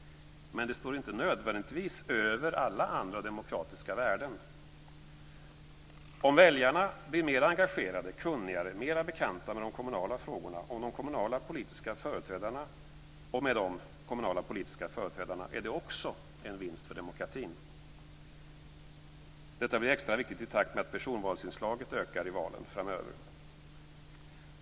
Men det står inte nödvändigtvis över alla andra demokratiska värden. Om väljarna blir mer engagerade, kunnigare, mer bekanta med de kommunala frågorna och med de kommunala politiska företrädarna är det också en vinst för demokratin. Detta blir extra viktigt i takt med att personvalsinslaget ökar i valen framöver.